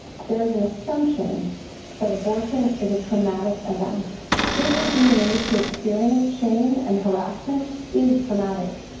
there is an assumption that abortion is a traumatic event. certainly being made to experience shame and harrassment is traumatic,